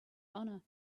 honor